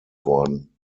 worden